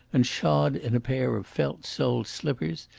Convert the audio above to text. and shod in a pair of felt-soled slippers,